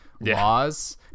laws